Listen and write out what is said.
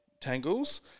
Tangles